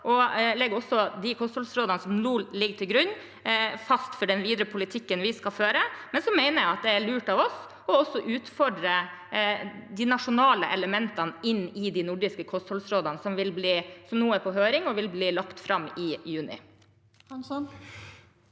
jeg legger også de kostholdsrådene som nå ligger til grunn, fast for den videre politikken vi skal føre, men jeg mener at det er lurt av oss også å utfordre de nasjonale elementene i de nordiske kostholdsrådene, som nå er på høring og vil bli lagt fram i juni. Rasmus